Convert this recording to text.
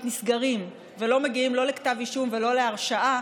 נסגרים ולא מגיעים לא לכתב אישום ולא להרשעה,